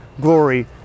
glory